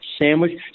sandwich